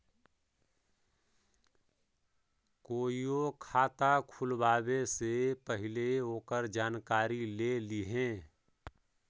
कोईओ खाता खुलवावे से पहिले ओकर जानकारी ले लिहें